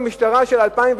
במשטרה של 2010,